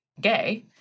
gay